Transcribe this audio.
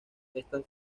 estas